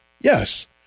Yes